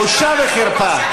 בושה וחרפה.